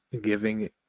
giving